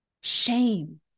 shame